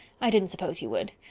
i didn't suppose you would.